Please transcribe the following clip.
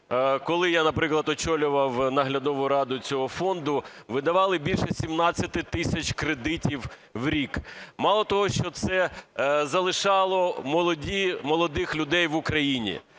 коли я, наприклад, очолював наглядову раду цього фонду, видавали більше 17 тисяч кредитів в рік. Мало того, що це залишало молодих людей в Україні,